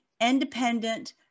independent